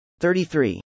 33